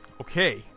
Okay